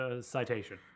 Citation